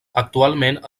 actualment